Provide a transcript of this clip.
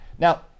Now